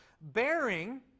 bearing